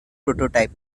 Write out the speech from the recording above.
prototype